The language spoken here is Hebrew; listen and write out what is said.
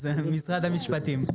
משרד המשפטים.